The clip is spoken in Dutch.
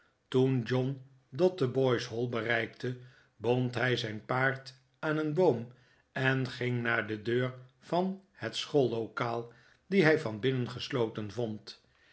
toen john dotheboys hall bereikte bond hij zijn paard aan een boom en ging naar de deur van het schoollokaal die hij van binnen gesloten vond